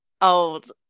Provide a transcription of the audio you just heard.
old